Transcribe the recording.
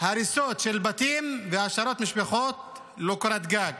הריסות של בתים והשארת משפחות ללא קורת גג,